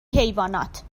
حیوانات